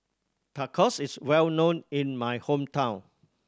tacos is well known in my hometown